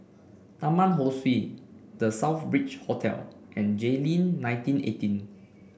Taman Ho Swee The Southbridge Hotel and Jayleen nineteen eighteen